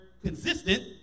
Consistent